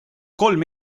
kolm